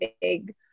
big